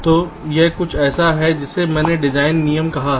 तो यह कुछ ऐसा है जिसे मैंने डिजाइन नियम कहा है